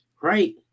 Right